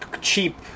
cheap